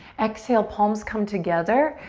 exhale, palms come together,